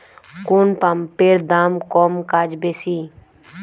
কোন পাম্পের দাম কম কাজ বেশি?